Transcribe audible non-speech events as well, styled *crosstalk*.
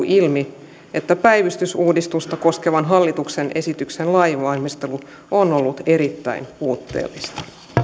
*unintelligible* ilmi että päivystysuudistusta koskevan hallituksen esityksen lainvalmistelu on ollut erittäin puutteellista